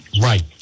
Right